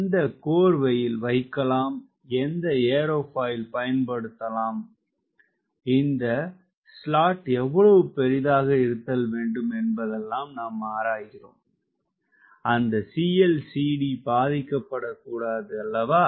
எந்த கோர்வையில் வைக்கலாம் எந்த ஏரோபாயில் பயன்படுத்தலாம் இந்த ஸ்லாட் எவ்வளவு பெரிதாக இருத்தல் வேண்டும் என்பதெல்லாம் ஆராய்கிறோம் அந்த cLcd பாதிக்கப்படக்கூடாது அன்றோ